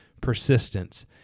persistence